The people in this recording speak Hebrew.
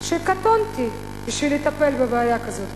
שקטונתי בשביל לטפל בבעיה כזאת גדולה.